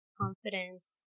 confidence